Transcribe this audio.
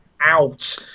out